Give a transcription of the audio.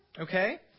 okay